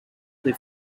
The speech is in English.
they